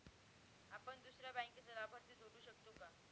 आपण दुसऱ्या बँकेचा लाभार्थी जोडू शकतो का?